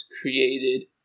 created